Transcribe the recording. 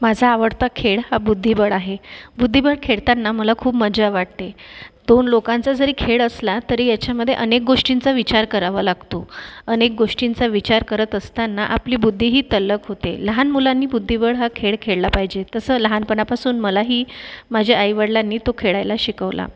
माझा आवडता खेळ हा बुद्धिबळ आहे बुद्धिबळ खेळताना मला खूप मज्जा वाटते दोन लोकांचा जरी खेळ असला तरी याच्यामध्ये अनेक गोष्टींचा विचार करावा लागतो अनेक गोष्टींचा विचार करत असताना आपली बुद्धीही तल्लख होते लहान मुलांनी बुद्धिबळ हा खेळ खेळला पाहिजे तसं लहानपणापासून मलाही माझ्या आईवडिलांनी तो खेळायला शिकवला